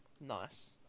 Nice